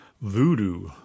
voodoo